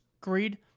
greed